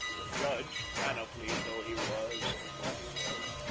the judge, panoplied though he was or thought he was,